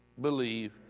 believe